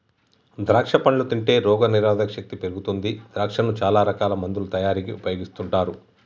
ద్రాక్షా పండ్లు తింటే రోగ నిరోధక శక్తి పెరుగుతుంది ద్రాక్షను చాల రకాల మందుల తయారీకి ఉపయోగిస్తుంటారు